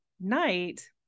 night